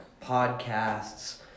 podcasts